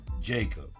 Jacob